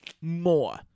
more